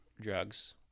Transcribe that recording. drugs